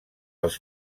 els